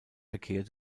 verkehr